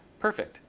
perfect.